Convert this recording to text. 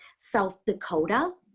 south dakota,